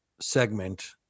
segment